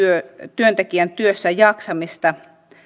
työntekijän työssäjaksamista